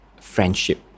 friendship